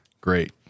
Great